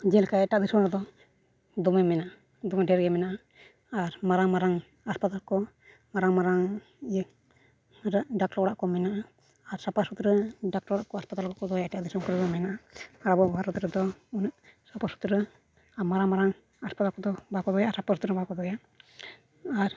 ᱡᱮᱞᱮᱠᱟ ᱮᱴᱟᱜ ᱫᱤᱥᱚᱢ ᱨᱮᱫᱚ ᱫᱚᱢᱮ ᱢᱮᱱᱟᱜᱼᱟ ᱫᱚᱢᱮ ᱰᱷᱮᱨ ᱜᱮ ᱢᱮᱱᱟᱜᱼᱟ ᱟᱨ ᱢᱟᱨᱟᱝ ᱢᱟᱨᱟᱝ ᱦᱟᱸᱥᱯᱟᱛᱟᱞ ᱠᱚ ᱢᱟᱨᱟᱝ ᱢᱟᱨᱟᱝ ᱤᱭᱟᱹ ᱰᱟᱠᱛᱟᱨ ᱚᱲᱟᱜ ᱠᱚ ᱢᱮᱱᱟᱜᱼᱟ ᱟᱨ ᱥᱟᱯᱟ ᱥᱩᱛᱨᱟᱹ ᱰᱟᱠᱛᱟᱨ ᱚᱲᱟᱜ ᱠᱚ ᱦᱟᱸᱥᱯᱟᱛᱟᱞ ᱠᱚ ᱫᱚᱦᱚᱭᱟ ᱮᱴᱟᱜ ᱫᱤᱥᱚᱢ ᱠᱚᱨᱮ ᱦᱚᱸ ᱢᱮᱱᱟᱜᱼᱟ ᱟᱵᱚ ᱵᱷᱟᱨᱚᱛ ᱨᱮᱫᱚ ᱩᱱᱟᱹᱜ ᱥᱟᱯᱟ ᱥᱩᱛᱨᱟᱹ ᱟᱨ ᱢᱟᱨᱟᱝ ᱢᱟᱨᱟᱝ ᱦᱟᱸᱥᱯᱟᱛᱟᱞ ᱠᱚᱫᱚ ᱵᱟᱠᱚ ᱫᱚᱦᱚᱭᱟ ᱟᱨ ᱥᱟᱯᱟ ᱥᱩᱛᱨᱟᱹ ᱦᱚᱸ ᱵᱟᱠᱚ ᱫᱚᱦᱚᱭᱟ ᱟᱨ